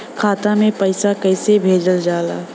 खाता में पैसा कैसे भेजल जाला?